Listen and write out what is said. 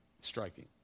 Striking